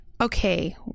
Okay